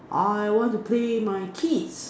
I want to play my kids